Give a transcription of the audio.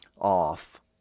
off